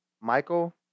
Michael